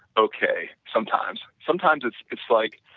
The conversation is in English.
okay sometimes, sometimes it's it's like,